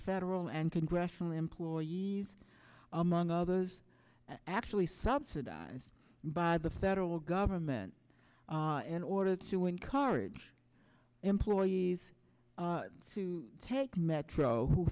federal and congressional employees among others actually subsidized by the federal government in order to encourage employees to take metro who